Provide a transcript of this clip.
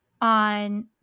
on